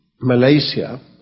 Malaysia